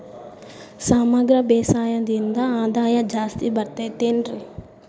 ಸಮಗ್ರ ಬೇಸಾಯದಿಂದ ಆದಾಯ ಜಾಸ್ತಿ ಬರತೈತೇನ್ರಿ?